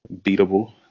beatable